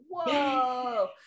whoa